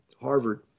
Harvard